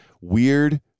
weird